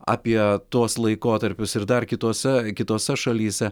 apie tuos laikotarpius ir dar kitose kitose šalyse